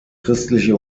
christliche